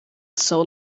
soul